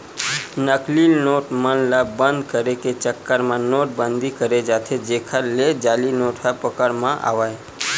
नकली नोट मन ल बंद करे के चक्कर म नोट बंदी करें जाथे जेखर ले जाली नोट ह पकड़ म आवय